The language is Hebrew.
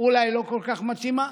אולי לא כל כך מתאימה,